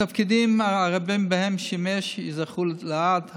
התפקידים הרבים שבהם שימש ייזכרו לעד.